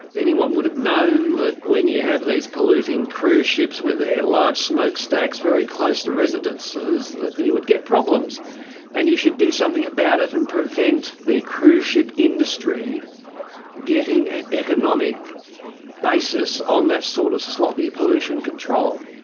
anyone would've known that when you have these polluting cruise ships with their large smokestacks very close to residences that you would get problems and you should do something about it and prevent the cruise ship industry getting an economic basis on that sort of sloppy pollution control.